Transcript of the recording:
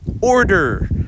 order